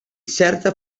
certa